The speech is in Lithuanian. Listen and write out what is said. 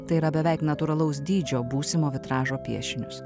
tai yra beveik natūralaus dydžio būsimo vitražo piešinius